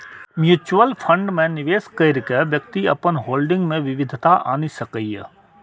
mutual fund मे निवेश कैर के व्यक्ति अपन होल्डिंग मे विविधता आनि सकैए